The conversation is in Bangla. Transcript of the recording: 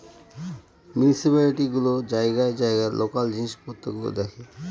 মিউনিসিপালিটি গুলো জায়গায় জায়গায় লোকাল জিনিস পত্র গুলো দেখে